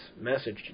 message